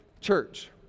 church